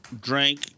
drank